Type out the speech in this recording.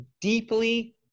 deeply